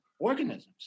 Organisms